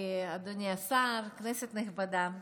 אדוני השר, כנסת נכבדה,